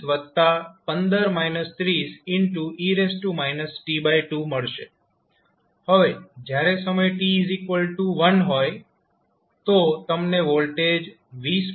હવે જયારે સમય t1 હોય તો તમને વોલ્ટેજ 20